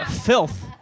filth